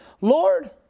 Lord